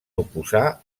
oposar